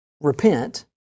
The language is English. repent